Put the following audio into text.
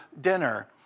dinner